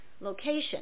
Location